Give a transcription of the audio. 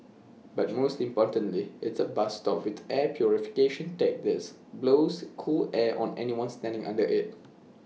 but most importantly it's A bus stop with air purification tech this blows cool air on anyone standing under IT